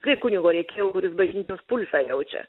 prie kunigo reikėjo kuris bažnyčios pulsą jaučia